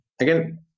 again